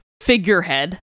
figurehead